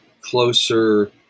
closer